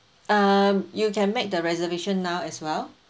um you can make the reservation now as well